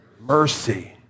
mercy